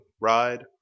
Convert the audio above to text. ride